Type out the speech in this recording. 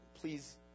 please